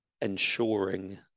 ensuring